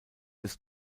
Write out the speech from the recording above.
des